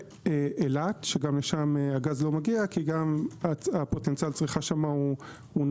ואילת שגם לשם הגז לא מגיע כי גם פוטנציאל הצריכה שם נמוך,